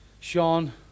Sean